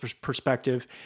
perspective